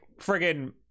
friggin